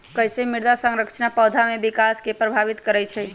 कईसे मृदा संरचना पौधा में विकास के प्रभावित करई छई?